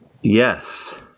Yes